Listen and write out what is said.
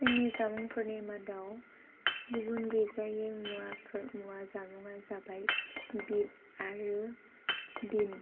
जोंनि जामुंफोरनि मादाव गुबुन गैजायि मुवाफोर मुवा जामुङा जाबाय बिट आरो बिन